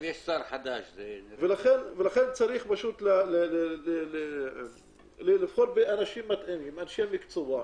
לכן צריך לבחור אנשי מקצוע מתאימים,